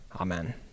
Amen